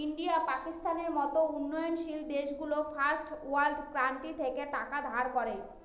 India, পাকিস্তানের মত উন্নয়নশীল দেশগুলো ফার্স্ট ওয়ার্ল্ড কান্ট্রি থেকে টাকা ধার করে